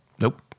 Nope